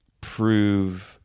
prove